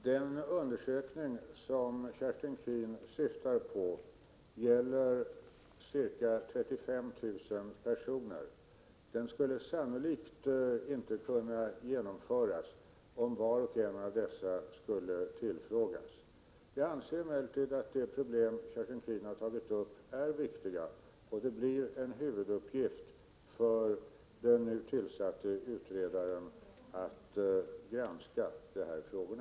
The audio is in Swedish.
Herr talman! Den undersökning som Kerstin Keen syftar på gäller ca 35 000 personer. Den skulle sannolikt inte kunna genomföras om var och en av dessa skulle tillfrågas. Jag anser emellertid att de problem som Kerstin Keen har tagit upp är viktiga, och det blir en huvuduppgift för den nu tillsatte utredaren att granska de frågorna.